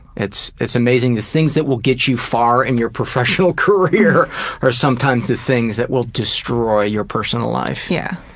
it's it's amazing the things that will get you far in your professional career are sometimes the things that will destroy your personal life. yeah,